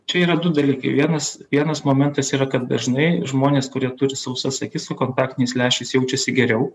čia yra du dalykai vienas vienas momentas yra kad dažnai žmonės kurie turi sausas akis kontaktiniais lęšiais jaučiasi geriau